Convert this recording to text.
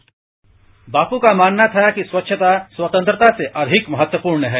bite Bapu का मानना था कि स्वच्छता स्वतंत्रता से अधिक महत्वपूर्ण है